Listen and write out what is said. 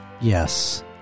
Yes